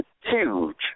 huge